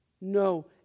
No